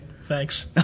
thanks